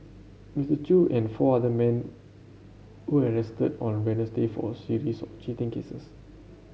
Mister Chew and four other men were arrested on for series of cheating cases